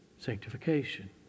sanctification